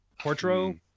Portro